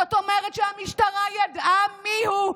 זאת אומרת שהמשטרה ידעה מי הוא,